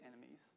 enemies